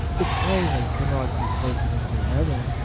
it plainly cannot be taken into heaven.